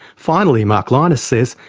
finally, mark lynas says,